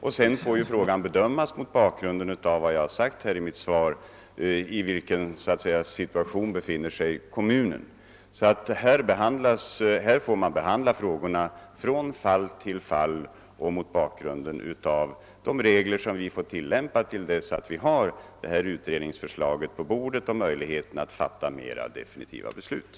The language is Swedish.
Scdan får ärendet, som jag har sagt i mitt svar, bedömas mot bakgrund av den situation som kommunen befinner sig i. Man får alltså handlägga frågorna från fall till fall på grundval av den ordning jag nu redovisat tills utredningsförslaget har lagts fram och vi har möjlighet att fatta beslut om en mera definitiv lösning.